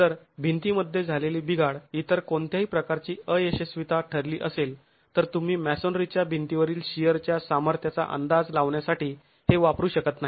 जर भिंतीमध्ये झालेली बिघाड इतर कोणत्याही प्रकारची अयशस्वीता ठरली असेल तर तुम्ही मॅसोनरीच्या भिंतीवरील शिअरच्या सामर्थ्याचा अंदाज लावण्यासाठी हे वापरू शकत नाही